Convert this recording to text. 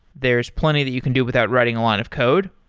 there is plenty that you can do without writing a line of code,